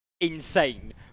insane